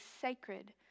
sacred